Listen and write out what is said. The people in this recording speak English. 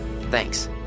Thanks